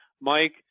Mike